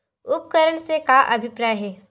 उपकरण से का अभिप्राय हे?